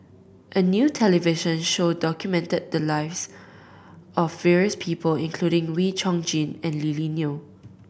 a new television show documented the lives of various people including Wee Chong Jin and Lily Neo